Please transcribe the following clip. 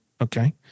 Okay